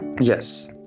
Yes